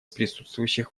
присутствующих